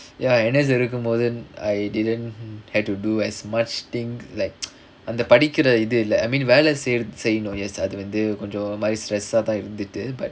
ya N_S I didn't had to do as much thing like அந்த படிக்கிற இது இல்ல:antha padikkira ithu illa I mean வேல செய்றது செய்யனும்:vela seirathu seiyanum yes அது வந்து கொஞ்ச ஒரு மாரி:athu vanthu konja oru maari stress ah இருந்துட்டு:irunthuttu but